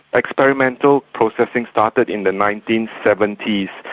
experimental processing started in the nineteen seventy s.